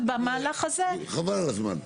ובמהלך הזה --- חבל על הזמן.